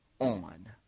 on